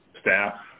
staff